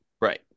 Right